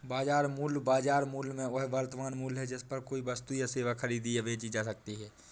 बाजार मूल्य, बाजार मूल्य में वह वर्तमान मूल्य है जिस पर कोई वस्तु या सेवा खरीदी या बेची जा सकती है